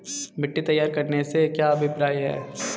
मिट्टी तैयार करने से क्या अभिप्राय है?